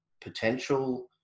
potential